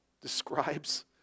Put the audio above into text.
describes